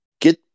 get